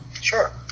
Sure